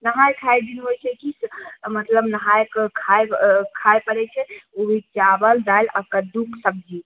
नहाय खाय दिन होइ छै कि से मतलब नहायके खायब खाइ पड़ै छै ओ चावल दालि आ कद्दूके सब्जी